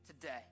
today